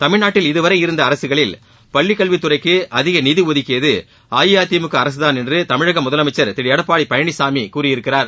தமிழ்நாட்டில் இதுவரை இருந்த அரசுகளில் பள்ளிக் கல்வித்துறைக்கு அதிக நிதி ஒதுக்கியது அஇஅதிமுக அரசுதாள் என்று தமிழக முதலமைச்சர் திரு எடப்பாடி பழனிசாமி கூறியிருக்கிறார்